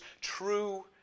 true